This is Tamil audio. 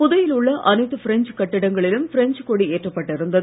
புதுவையில் உள்ள அனைத்து பிரெஞ்ச் கட்டிடங்களிலும் பிரஞ்சு கொடி ஏற்றப்பட்டு இருந்தது